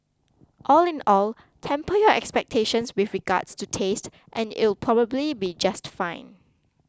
all in all temper your expectations with regards to taste and it'll probably be just fine